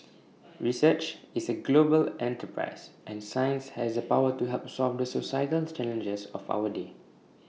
research is A global enterprise and science has the power to help solve the societal challenges of our day